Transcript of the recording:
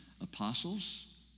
apostles